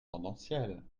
tendancielle